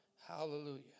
hallelujah